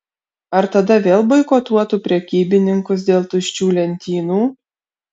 ar tada vėl boikotuotų prekybininkus dėl tuščių lentynų